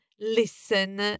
listen